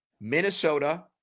Minnesota